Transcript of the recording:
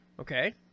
Okay